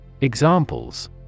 Examples